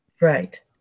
Right